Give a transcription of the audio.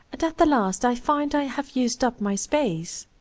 and at the last i find i have used up my space.